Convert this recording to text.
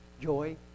joy